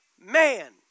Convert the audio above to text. man